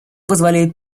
позволяют